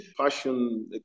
Passion